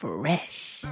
Fresh